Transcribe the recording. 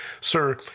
sir